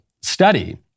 study